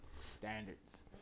standards